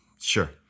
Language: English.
sure